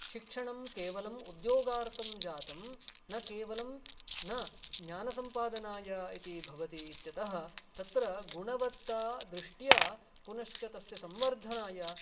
शिक्षणं केवलम् उद्योगार्थं जातं न केवलं न ज्ञानसम्पादनाय इति भवति इत्यतः तत्र गुणवत्ता दृष्ट्या पुनश्च तस्य संवर्धनाय